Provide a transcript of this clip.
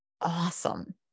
awesome